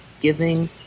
giving